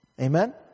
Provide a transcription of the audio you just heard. Amen